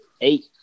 Eight